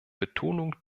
betonung